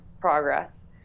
progress